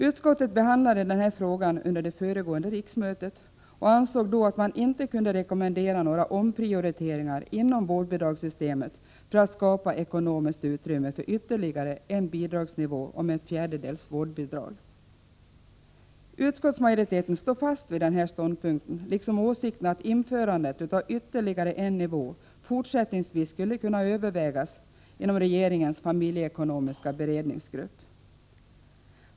Utskottet behandlade denna fråga under det föregående riksmötet och ansåg då att man inte kunde rekommendera några omprioriteringar inom vårdbidragssystemet för att skapa ekonomiskt utrymme för ytterligare en bidragsnivå om ett fjärdedels vårdbidrag. Utskottsmajoriteten står fast vid denna ståndpunkt liksom vid åsikten att införandet av ytterligare en bidragsnivå fortsättningsvis skulle kunna övervägas inom regeringens familjeekonomiska beredningsgrupp.